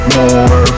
more